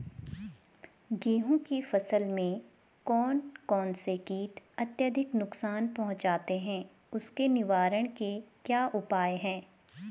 गेहूँ की फसल में कौन कौन से कीट अत्यधिक नुकसान पहुंचाते हैं उसके निवारण के क्या उपाय हैं?